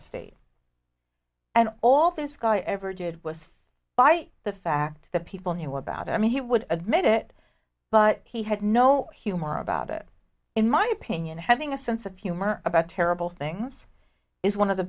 state and all this guy ever did was by the fact that people knew about it i mean he would admit it but he had no humor about it in my opinion having a sense of humor about terrible things is one of the